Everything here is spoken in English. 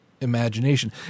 imagination